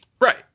Right